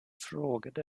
frågade